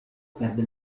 perde